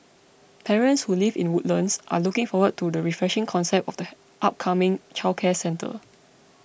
parents who live in Woodlands are looking forward to the refreshing concept of the upcoming childcare centre